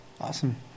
Awesome